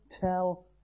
tell